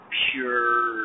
pure